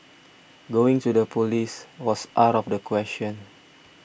going to the police was out of the question